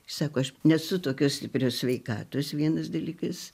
sako aš nesu tokios stiprios sveikatos vienas dalykas